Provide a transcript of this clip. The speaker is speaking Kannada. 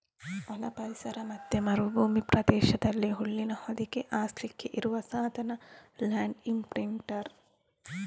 ಒಣ ಪರಿಸರ ಮತ್ತೆ ಮರುಭೂಮಿ ಪ್ರದೇಶದಲ್ಲಿ ಹುಲ್ಲಿನ ಹೊದಿಕೆ ಹಾಸ್ಲಿಕ್ಕೆ ಇರುವ ಸಾಧನ ಲ್ಯಾಂಡ್ ಇಂಪ್ರಿಂಟರ್